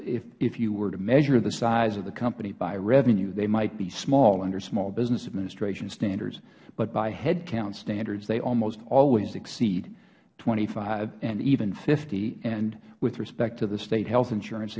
go if you were to measure the size of the company by revenue they might be small under small business administration standards but by head count standards they almost always exceed twenty five and even fifty and with respect to the state health insurance